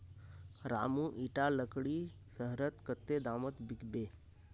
रामू इटा लकड़ी शहरत कत्ते दामोत बिकबे